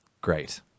Great